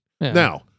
Now